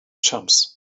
chumps